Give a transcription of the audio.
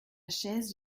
chaise